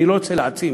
אני לא רוצה להעצים